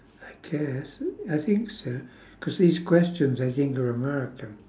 I guess I think so cause these questions I think are american